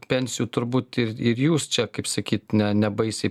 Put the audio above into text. pensijų turbūt ir ir jūs čia kaip sakyti ne nebaisiai